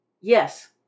Yes